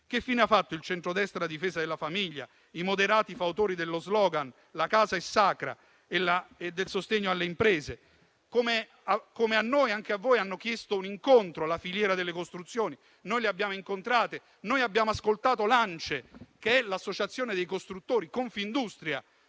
Che fine hanno fatto il centrodestra a difesa della famiglia, i moderati fautori dello *slogan* «la casa è sacra» e del sostegno alle imprese? Come a noi anche a voi hanno chiesto un incontro i rappresentanti della filiera delle costruzioni. Noi li abbiamo incontrati, abbiamo ascoltato l'ANCE che è l'associazione dei costruttori, Confindustria,